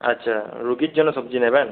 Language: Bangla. আচ্ছা রোগীর জন্য সবজি নেবেন